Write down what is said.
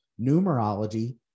numerology